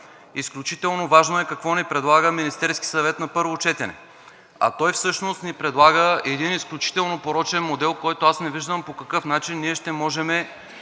Изключително важно е какво ни предлага Министерският съвет на първо четене. А той всъщност ни предлага един изключително порочен модел, който не виждам по какъв начин ще можем